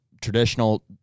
traditional